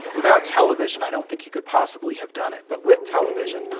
without television, i don't think he could possibly have done it. but with television,